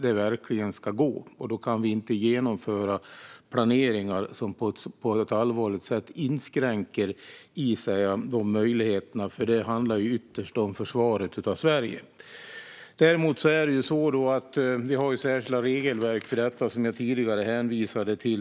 Det ska verkligen gå, och då kan vi inte genomföra planer som på ett allvarligt sätt inskränker de möjligheterna. Det handlar nämligen ytterst om försvaret av Sverige. Däremot är det så att vi har särskilda regelverk för detta, som jag tidigare hänvisade till.